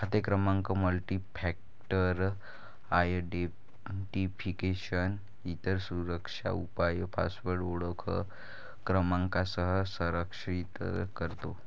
खाते क्रमांक multifactor identification, इतर सुरक्षा उपाय पासवर्ड ओळख क्रमांकासह संरक्षित करतो